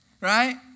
right